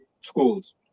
schools